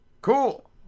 Cool